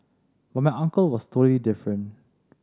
but my uncle was totally different